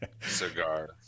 cigar